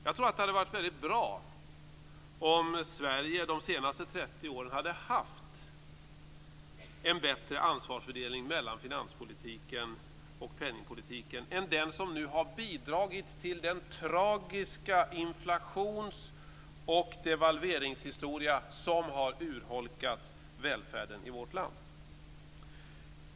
Jag tror att det hade varit väldigt bra om Sverige de senaste 30 åren hade haft en bättre ansvarsfördelning mellan finanspolitiken och penningpolitiken än den som nu har bidragit till den tragiska inflations och devalveringshistoria som har urholkat välfärden i vårt land.